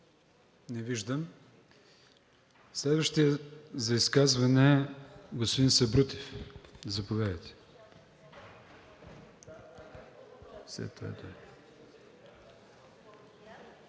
Не виждам. Следващият за изказване е господин Сабрутев.